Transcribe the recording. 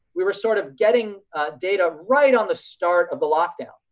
we were sort of getting data right on the start of a lockdown.